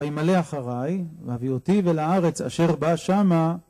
אני מלא אחריי, להביא אותי ולארץ אשר בא שמה